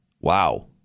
Wow